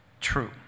true